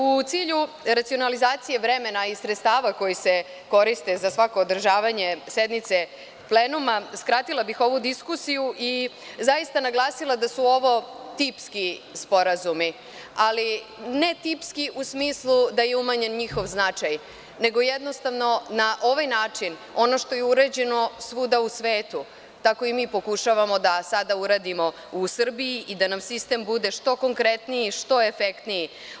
U cilju racionalizacije vremena i sredstava koji se koriste za svako održavanje sednice plenuma skratila bih ovu diskusiju i naglasila da su ovo tipski sporazumi, ali ne tipski u smislu da je umanjen njihov značaj, nego jednostavno na ovaj način ono što je urađeno svuda u svetu tako i mi pokušavamo da sada uradimo u Srbiji i da nam sistem bude što konkretniji i što efektniji.